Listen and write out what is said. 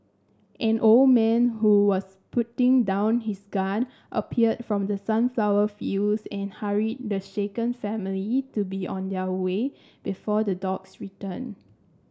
an old man who was putting down his gun appeared from the sunflower fields and hurried the shaken family to be on their way before the dogs return